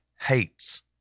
hates